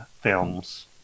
films